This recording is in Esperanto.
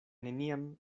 neniam